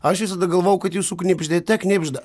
aš visada galvojau kad jūsų knibždėte knibžda